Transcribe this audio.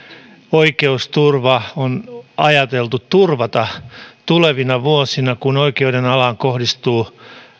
oikeusturva on ajateltu turvata tulevina vuosina kun oikeuden alaan kohdistuvat